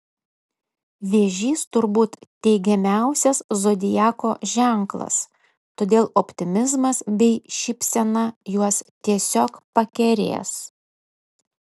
vėžys turbūt teigiamiausias zodiako ženklas todėl optimizmas bei šypsena juos tiesiog pakerės